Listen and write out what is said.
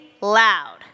loud